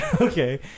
Okay